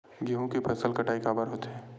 गेहूं के फसल कटाई काबर होथे?